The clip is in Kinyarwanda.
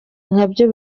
nkabyo